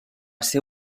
ser